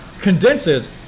condenses